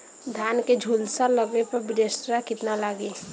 धान के झुलसा लगले पर विलेस्टरा कितना लागी?